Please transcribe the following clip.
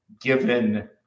given